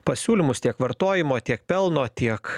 pasiūlymus tiek vartojimo tiek pelno tiek